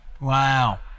Wow